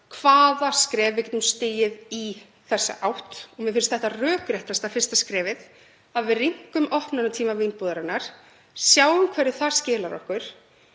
hvaða skref við getum stigið í þessa átt og mér finnst þetta vera rökréttasta fyrsta skrefið, að við rýmkum opnunartíma Vínbúðarinnar og sjáum hverju það skilar okkur.